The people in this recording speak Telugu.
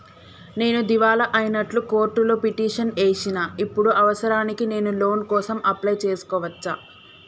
నేను దివాలా అయినట్లు కోర్టులో పిటిషన్ ఏశిన ఇప్పుడు అవసరానికి నేను లోన్ కోసం అప్లయ్ చేస్కోవచ్చా?